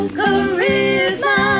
charisma